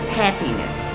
happiness